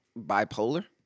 bipolar